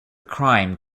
crime